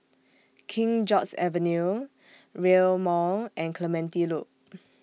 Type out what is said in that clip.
King George's Avenue Rail Mall and Clementi Loop